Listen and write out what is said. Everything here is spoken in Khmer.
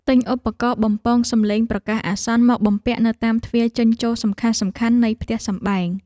ទិញឧបករណ៍បំពងសំឡេងប្រកាសអាសន្នមកបំពាក់នៅតាមទ្វារចេញចូលសំខាន់ៗនៃផ្ទះសម្បែង។